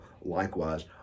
likewise